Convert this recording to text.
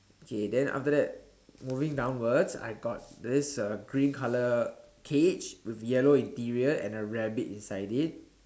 okay then after that moving downwards I got this uh green colour cage with yellow interior and a rabbit inside it